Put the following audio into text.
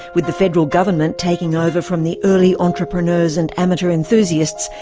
with the federal government taking over from the early entrepreneurs and amateur enthusiasts,